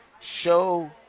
show